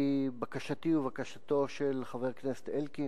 לפיכך אני קובע, שהחלטת ועדת העבודה,